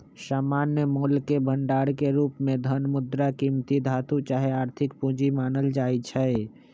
सामान्य मोलके भंडार के रूप में धन, मुद्रा, कीमती धातु चाहे आर्थिक पूजी मानल जाइ छै